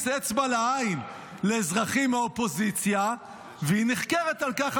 אצבע לעין לאזרחים מהאופוזיציה והיא נחקרת על כך,